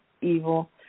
evil